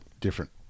different